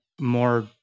more